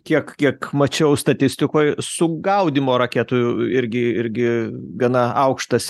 kiek kiek mačiau statistikoj sugaudymo raketų irgi irgi gana aukštas